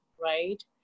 right